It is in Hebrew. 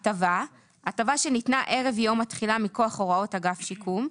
"הטבה" הטבה שניתנה ערב יום התחילה מכוח הוראות אגף שיקום נכים,